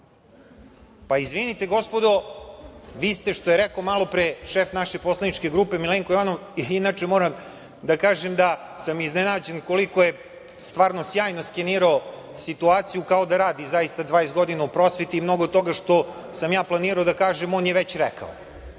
Izvinite, gospodo, vi ste, što je rekao malo pre šef naše poslaničke grupe Milenko Jovanov, inače moram da kažem da sam iznenađen koliko je sjajno skenirao situaciju kao da radi 20 godina u prosveti i mnogo toga što sam ja planirao da kažem on je već rekao,